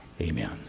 Amen